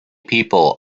people